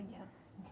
Yes